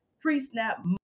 pre-snap